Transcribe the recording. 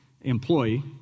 employee